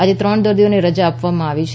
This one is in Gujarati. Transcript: આજે ત્રણ દર્દીઓને રજા આપવામાં આવી છે